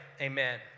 amen